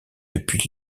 depuis